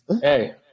Hey